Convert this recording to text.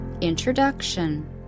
Introduction